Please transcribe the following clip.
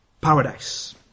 Paradise